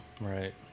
right